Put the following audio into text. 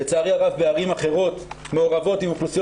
לצערי הרב בערים אחרות מעורבות עם אוכלוסיות